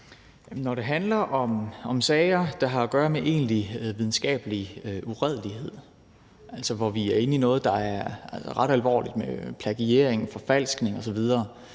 Når det handler om sager, der har at gøre med egentlig videnskabelig uredelighed, altså hvor vi er inde i noget, der er ret alvorligt, med plagiering og forfalskning osv.,